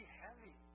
heavy